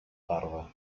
tarda